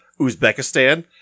Uzbekistan